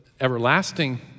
everlasting